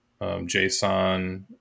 JSON